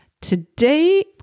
Today